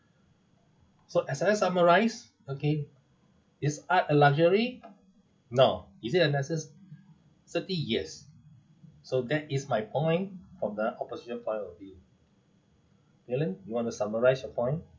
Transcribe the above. so as I summarise okay is art a luxury no is it a necessity yes so that is my point from the opposition point of view valen you want to summarise your point